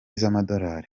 z’amadorali